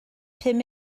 pum